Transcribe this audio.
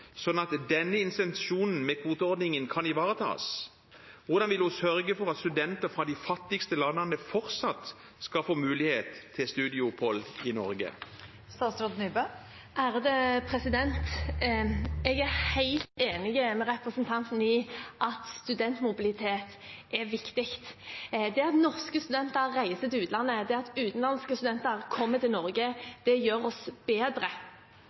at intensjonen med kvoteordningen kan ivaretas? Hvordan vil hun sørge for at studenter fra de fattigste landene fortsatt skal få mulighet til studieopphold i Norge? Jeg er helt enig med representanten i at studentmobilitet er viktig. Det at norske studenter reiser til utlandet, det at utenlandske studenter kommer til Norge, gjør oss bedre.